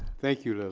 thank you